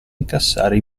incassare